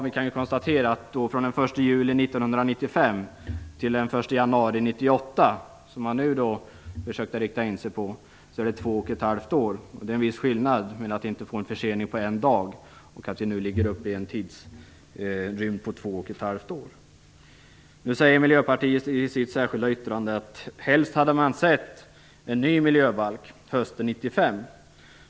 Vi kan konstatera att från den 1 juli 1995 till den 1 januari 1998, som man nu försöker rikta in sig på, är det två och ett halvt år. Det är en viss skillnad mellan förhållandet att inte få en försening på en dag och en tidsrymd på två och ett halvt år. Nu säger Miljöpartiet i sitt särskilda yttrande att man helst hade sett en ny miljöbalk hösten 1995.